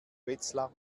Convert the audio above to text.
wetzlar